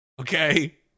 okay